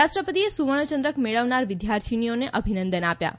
રાષ્ટ્રપતિએ સુવર્ણ ચંદ્રક મેળવનાર વિદ્યાર્થીનીઓને અભિનંદન આપ્યા હતાં